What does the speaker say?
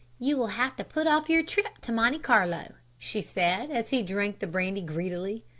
you will have to put off your trip to monte carlo, she said, as he drank the brandy greedily.